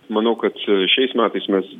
manau kad šiais metais mes